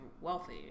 wealthy